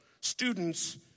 students